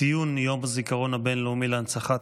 ציון יום הזיכרון הבין-לאומי להנצחת